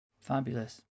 Fabulous